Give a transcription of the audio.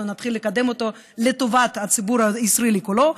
נתחיל לקדם אותו לטובת הציבור הישראלי כולו,